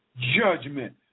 Judgment